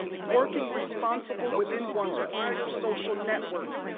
working responsible within one's wider social networks,